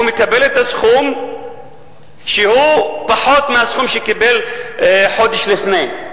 הוא מקבל סכום שהוא פחות מהסכום שקיבל חודש לפני.